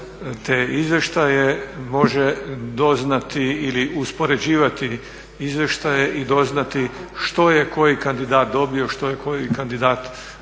te izvještaje može doznati ili uspoređivati izvještaje i doznati što je koji kandidat dobio, što je koji kandidat potrošio